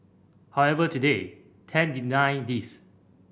however today Tang denied these